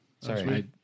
Sorry